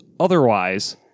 Otherwise